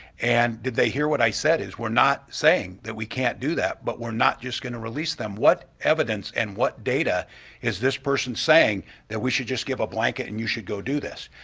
and did they hear what i said is we're not saying that we can't do that but we're not just going to release them. what evidence and what data is this person saying that we should just give a blanket and you should go do this?